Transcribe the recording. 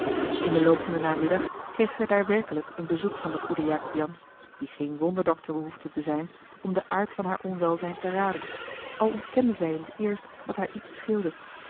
in den loop van den namiddag kreeg zij daar werkelijk een bezoek van den goeden jacob jansz die geen wonderdokter behoefde te zijn om den aard van haar onwelzijn te raden al ontkende zij in t eerst dat haar iets scheelde